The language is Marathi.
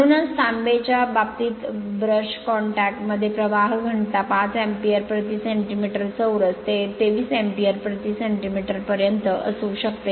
म्हणूनच तांबेच्या बाबतीत ब्रश कॉन्टॅक्ट मध्ये प्रवाह घनता 5 एंपियर प्रति सेंटीमीटर चौरस ते 23 एंपियर प्रति सेंटीमीटर पर्यंत असू शकते